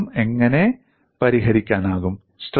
വൈരുദ്ധ്യം എങ്ങനെ പരിഹരിക്കാനാകും